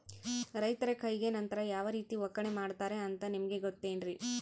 ರೈತರ ಕೈಗೆ ನಂತರ ಯಾವ ರೇತಿ ಒಕ್ಕಣೆ ಮಾಡ್ತಾರೆ ಅಂತ ನಿಮಗೆ ಗೊತ್ತೇನ್ರಿ?